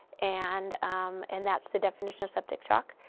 and um and that's the definition of septic shock.